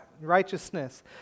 righteousness